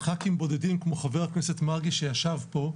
ח"כים בודדים כמו חבר הכנסת מרגי שישב פה,